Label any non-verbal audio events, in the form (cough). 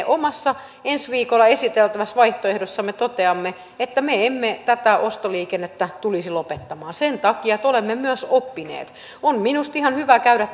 (unintelligible) omassa ensi viikolla esiteltävässä vaihtoehdossamme toteamme että me emme tätä ostoliikennettä tulisi lopettamaan sen takia että olemme myös oppineet on minusta ihan hyvä käydä (unintelligible)